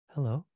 Hello